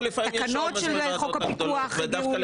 תקנות של חוק הפיקוח הגיעו